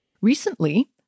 Recently